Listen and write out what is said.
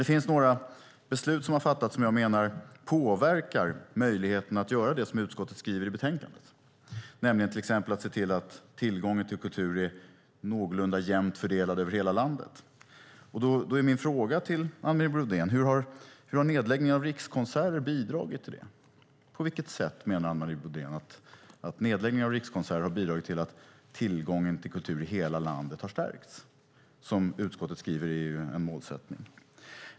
Det finns dock några beslut som har fattats som jag menar påverkar möjligheten att göra det som utskottet skriver i betänkandet, till exempel att se till att tillgången till kultur är någorlunda jämnt fördelad över hela landet. Då vill jag fråga Anne Marie Brodén: Hur har nedläggningen av Rikskonserter bidragit till detta? På vilket sätt har nedläggningen av Rikskonserter bidragit till att tillgången till kultur i hela landet har stärkts, vilket ju utskottet skriver är en målsättning?